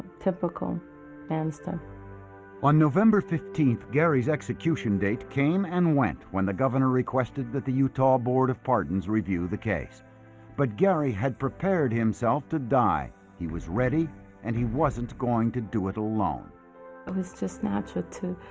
typical handstand on november fifteenth gary's execution date came and went when the governor requested that the utah board of pardons review the case but gary had prepared himself to die he was ready and he wasn't going to do it alone it was just natural to